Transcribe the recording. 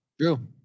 True